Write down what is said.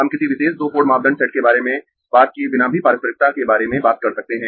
हम किसी विशेष दो पोर्ट मापदंड सेट के बारे में बात किए बिना भी पारस्परिकता के बारे में बात कर सकते है